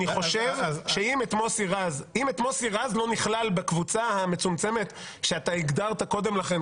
אני חושב שאם מוסי רז לא נכלל בקבוצה המצומצמת שאתה הגדרת קודם לכן